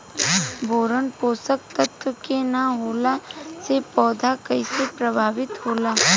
Boron पोषक तत्व के न होला से पौधा कईसे प्रभावित होला?